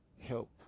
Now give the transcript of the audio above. help